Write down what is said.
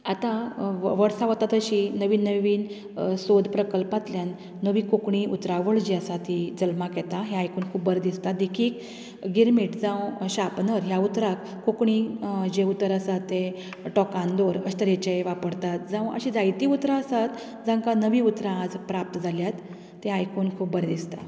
आतां वर्सां वता तशीं नवीन नवीन सोद प्रकल्पांतल्यान नवीन कोंकणी उतरावळ जी आसा ती जल्माक येता हे आयकून खूब बरें दिसता देखीक गिरमीट जावं शार्पनर ह्या उतरांक कोंकणी जे उतर आसा ते तोंकाणदर अशें तरेचे वापरतात जावं अशीं जायती उतरां आसात जांका नवीं उतरां प्राप्त जाल्यांत ते आयकून खूब बरें दिसता